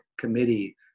committee